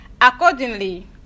Accordingly